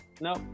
no